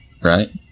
Right